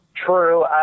True